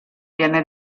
viene